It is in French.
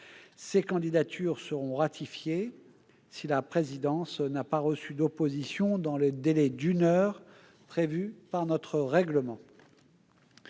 Ces candidatures seront ratifiées si la présidence n'a pas reçu d'opposition dans le délai d'une heure prévu par notre règlement.